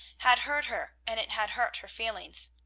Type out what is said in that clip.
had heard her and it had hurt her feelings.